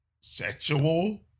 Sexual